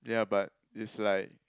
ya but is like